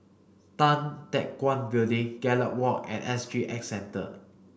Tan Teck Guan Building Gallop Walk and S G X Centre